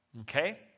Okay